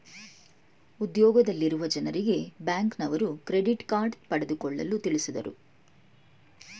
ಉದ್ಯೋಗದಲ್ಲಿರುವ ಜನರಿಗೆ ಬ್ಯಾಂಕ್ನವರು ಕ್ರೆಡಿಟ್ ಕಾರ್ಡ್ ಪಡೆದುಕೊಳ್ಳಲು ತಿಳಿಸಿದರು